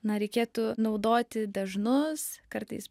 na reikėtų naudoti dažnus kartais